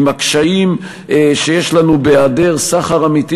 עם הקשיים שיש לנו בהיעדר סחר אמיתי